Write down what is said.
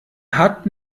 hat